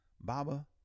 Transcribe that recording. Baba